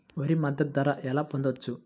వరి మద్దతు ధర ఎలా పొందవచ్చు?